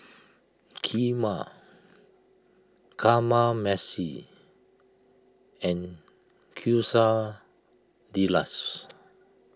Kheema Kamameshi and Quesadillas